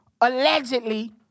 allegedly